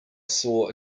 saw